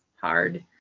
hard